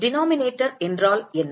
denominator என்றால் என்ன